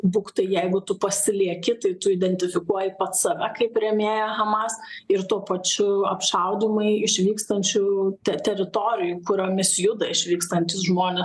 būktai jeigu tu pasilieki tai tu identifikuoji pats save kaip rėmėją hamas ir tuo pačiu apšaudymai išvykstančių te teritorijų kuriomis juda išvykstantys žmonės